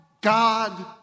God